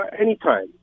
anytime